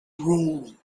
rule